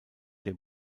der